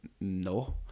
no